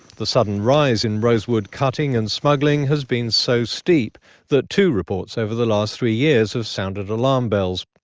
the sudden rise in rosewood cutting and smuggling has been so steep that two reports over the last three years have sounded alarm bells.